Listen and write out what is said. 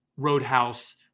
Roadhouse